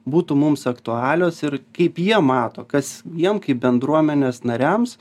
būtų mums aktualios ir kaip jie mato kas jiem kaip bendruomenės nariams